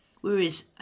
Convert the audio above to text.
Whereas